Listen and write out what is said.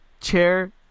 chair